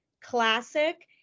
classic